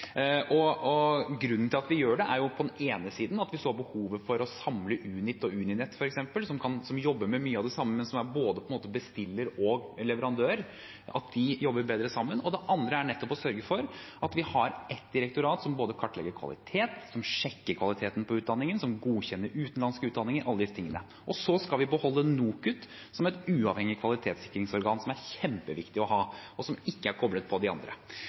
og kompetanse. Grunnen til at vi gjør det, er på den ene siden at vi så behovet for å samle Unit og Uninett, f.eks., som jobber med mye av det samme, men som er både bestiller og leverandør, og at de jobber bedre sammen, og på den annen side nettopp å sørge for at vi har ett direktorat som kartlegger kvalitet, som sjekker kvaliteten på utdanningen, som godkjenner utenlandske utdanninger, alle disse tingene. Og så skal vi beholde NOKUT som et uavhengig kvalitetsstyringsorgan, som er kjempeviktig å ha, og som ikke er koblet på de andre.